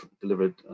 delivered